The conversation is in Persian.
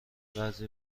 بعضی